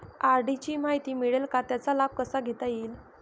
RD ची माहिती मिळेल का, त्याचा लाभ कसा घेता येईल?